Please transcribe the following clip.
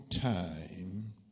time